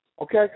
okay